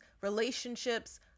relationships